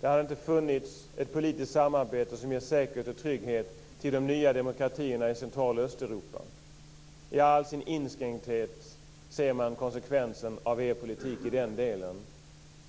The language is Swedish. Det hade inte funnits ett politiskt samarbete som ger säkerhet och trygghet för de nya demokratierna i Central och Östeuropa. I all dess inskränkthet ser man konsekvensen av er politik i den delen.